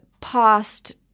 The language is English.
past –